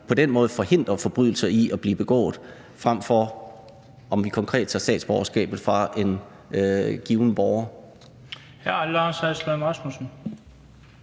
på den måde forhindrer forbrydelser i at blive begået, frem for at vi konkret tager statsborgerskabet fra en given borger.